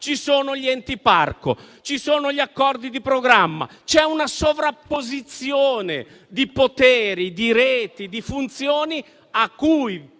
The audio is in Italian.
montano, gli enti parco, gli accordi di programma; c'è una sovrapposizione di poteri, di reti, di funzioni a cui